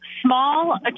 small